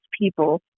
people